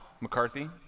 McCarthy